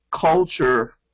culture